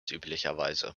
üblicherweise